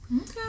Okay